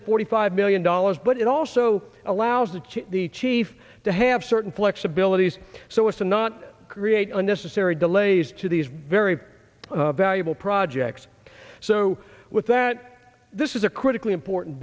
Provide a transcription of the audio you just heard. at forty five million dollars but it also allows it to the chief to have certain flexibilities so it's not create unnecessary delays to these very valuable projects so with that this is a critically important